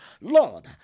Lord